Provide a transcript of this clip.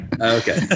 Okay